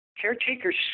Caretakers